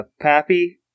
Pappy